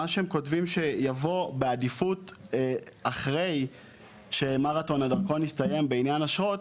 מה שהם כותבים שיבוא בעדיפות אחרי שמרתון הדרכון יסתיים בעניין אשרות,